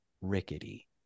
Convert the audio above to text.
rickety